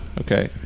Okay